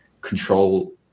control